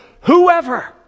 whoever